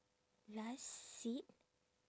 last seat